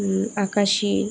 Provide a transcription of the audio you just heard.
আকাশী